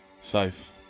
safe